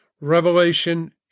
Revelation